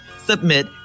submit